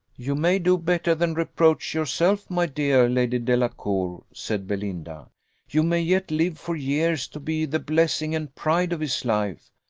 you may do better than reproach yourself, my dear lady delacour, said belinda you may yet live for years to be the blessing and pride of his life.